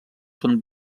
són